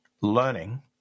learning